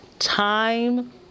time